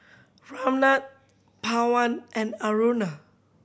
Ramnath Pawan and Aruna